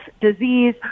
disease